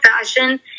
fashion